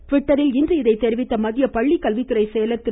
ட்விட்டரில் இன்று இதை தெரிவித்த மத்திய பள்ளிகல்வித்துறை செயலர் திரு